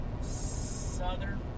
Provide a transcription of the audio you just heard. Southern